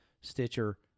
Stitcher